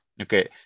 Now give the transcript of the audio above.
Okay